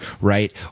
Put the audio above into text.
right